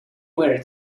were